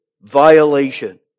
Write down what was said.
violation